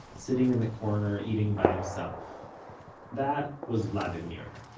sitting in the corner, eating by himself that was vladimir,